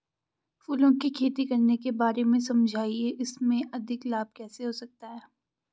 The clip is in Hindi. फूलों की खेती करने के बारे में समझाइये इसमें अधिक लाभ कैसे हो सकता है?